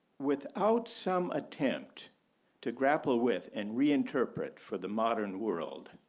without some attempt to grapple with and reinterpret for the modern world,